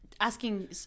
asking